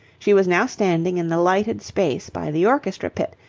she was now standing in the lighted space by the orchestra-pit,